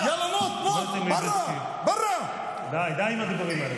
(אומר בערבית ומתרגם:) כלומר, סתום את הפה,